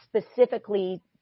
specifically